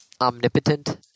omnipotent